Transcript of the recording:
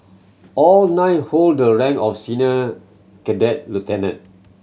all nine hold the rank of senior cadet lieutenant